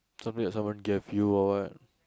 something that someone gave you or what